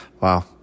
Wow